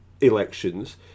elections